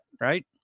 right